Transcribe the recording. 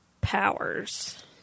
powers